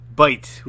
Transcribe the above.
bite